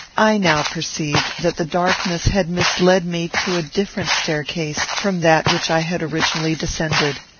i now perceived that the darkness had misled me to a different staircase from that which i had originally descended.